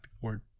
word